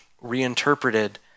reinterpreted